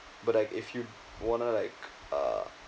but like if you wanna like uh